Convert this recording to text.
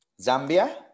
Zambia